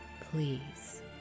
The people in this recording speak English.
please